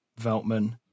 Veltman